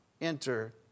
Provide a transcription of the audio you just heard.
enter